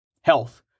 health